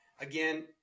Again